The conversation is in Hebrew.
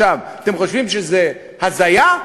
אתם חושבים שזו הזיה?